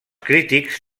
crítics